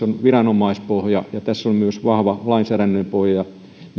on viranomaispohja ja on myös vahva lainsäädännön pohja tämä ecolabel